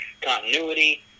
continuity